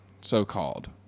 so-called